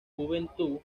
juventud